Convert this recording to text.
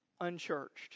unchurched